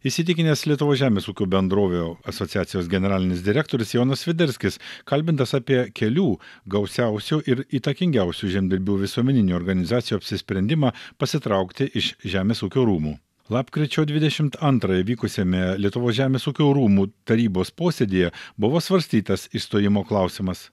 įsitikinęs lietuvos žemės ūkio bendrovių asociacijos generalinis direktorius jonas sviderskis kalbintas apie kelių gausiausių ir įtakingiausių žemdirbių visuomeninių organizacijų apsisprendimą pasitraukti iš žemės ūkio rūmų lapkričio dvidešimt antrąją vykusiame lietuvos žemės ūkio rūmų tarybos posėdyje buvo svarstytas išstojimo klausimas